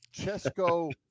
Chesco